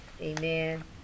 Amen